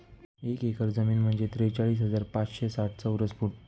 एक एकर जमीन म्हणजे त्रेचाळीस हजार पाचशे साठ चौरस फूट